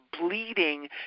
bleeding